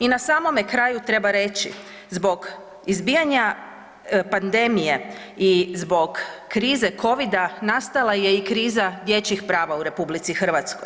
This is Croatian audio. I na samome kraju treba reći, zbog izbijanja pandemije i zbog krize Covida nastala je i kriza dječjih prava u RH.